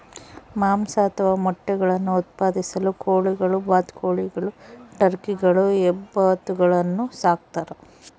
ಮಾಂಸ ಅಥವಾ ಮೊಟ್ಟೆಗುಳ್ನ ಉತ್ಪಾದಿಸಲು ಕೋಳಿಗಳು ಬಾತುಕೋಳಿಗಳು ಟರ್ಕಿಗಳು ಹೆಬ್ಬಾತುಗಳನ್ನು ಸಾಕ್ತಾರ